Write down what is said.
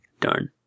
Darn